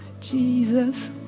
Jesus